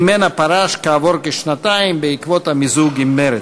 ופרש ממנה כעבור כשנתיים בעקבות המיזוג עם מרצ.